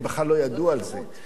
הם בכלל לא ידעו על זה.